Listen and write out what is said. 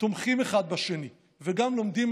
תומכים אחד בשני וגם לומדים,